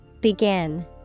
Begin